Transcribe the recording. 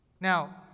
Now